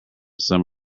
some